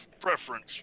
preference